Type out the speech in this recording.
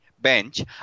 bench